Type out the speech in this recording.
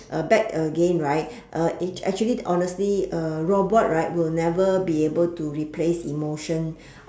uh back again right uh act~ actually honestly a robot right will never be able to replace emotion